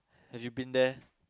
have you been there